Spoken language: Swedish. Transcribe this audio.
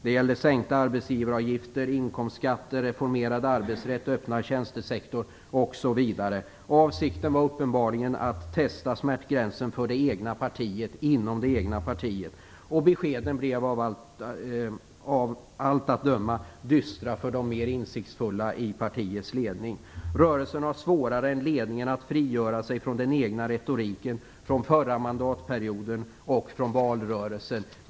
Det gällde sänkta arbetsgivaravgifter, inkomstskatter, reformerad arbetsrätt, öppnad tjänstesektor osv. Avsikten var uppenbarligen att testa smärtgränsen för det egna partiet inom det egna partiet. Beskeden blev av allt att döma dystra för de mer insiktsfulla i partiets ledning. Rörelsen har svårare än ledningen att frigöra sig från den egna retoriken från förra mandatperioden och från valrörelsen.